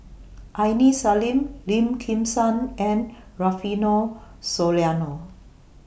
Aini Salim Lim Kim San and Rufino Soliano